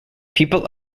people